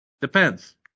depends